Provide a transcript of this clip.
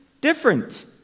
different